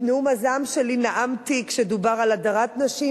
את נאום הזעם שלי נאמתי כשדובר על הדרת נשים.